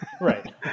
right